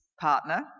partner